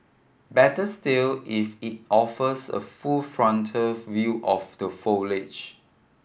better still if it offers a full frontal view of the foliage